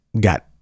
got